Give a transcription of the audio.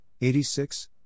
86